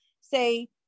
say